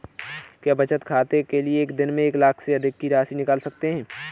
क्या बचत बैंक खाते से एक दिन में एक लाख से अधिक की राशि निकाल सकते हैं?